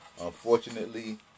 Unfortunately